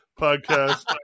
podcast